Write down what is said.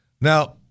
Now